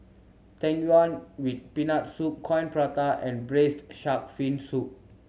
Tang Yuen with Peanut Soup Coin Prata and Braised Shark Fin Soup